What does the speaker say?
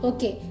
Okay